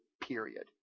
period